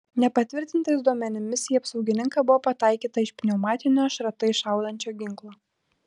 nepatvirtintais duomenimis į apsaugininką buvo pataikyta iš pneumatinio šratais šaudančio ginklo